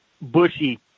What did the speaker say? bushy